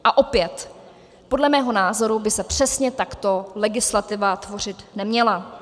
A opět, podle mého názoru by se přesně takto legislativa tvořit neměla.